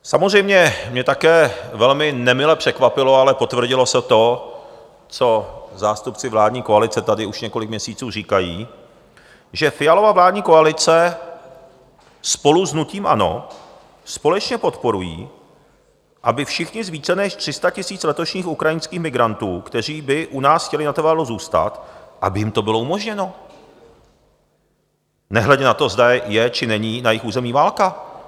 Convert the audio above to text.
Samozřejmě mě také velmi nemile překvapilo, ale potvrdilo se to, co zástupci vládní koalice tady už několik měsíců říkají, že Fialova vládní koalice spolu s hnutím ANO společně podporují, aby všichni z více než 300 000 letošních ukrajinských migrantů, kteří by u nás chtěli natrvalo zůstat, aby jim to bylo umožněno, nehledě na to, zda je či není na jejich území válka.